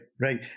Right